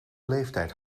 leeftijd